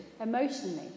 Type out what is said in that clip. emotionally